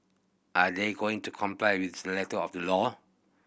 are they going to comply with the letter of the law